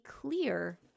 clear